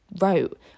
wrote